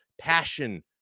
passion